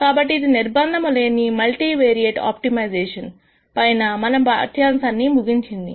కాబట్టి ఇది నిర్బంధము లేని మల్టీ వేరియేట్ ఆప్టిమైజేషన్ పైన మన పాఠ్యాంశాన్ని ముగింసింది